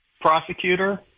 prosecutor